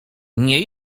nie